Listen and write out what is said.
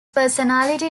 personality